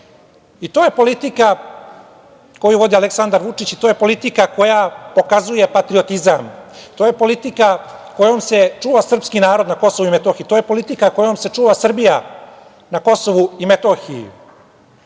je politika koju vodi Aleksandar Vučić i to je politika koja pokazuje patriotizam. To je politika kojom se čuva srpski narod na Kosovu i Metohiji. To je politika kojom se čuva Srbija na Kosovu i Metohiji,